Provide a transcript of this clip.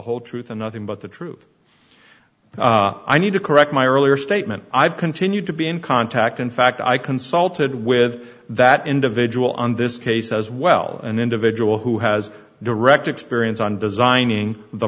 whole truth and nothing but the truth i need to correct my earlier statement i've continued to be in contact in fact i consulted with that individual on this case as well an individual who has direct experience on designing the